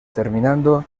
terminando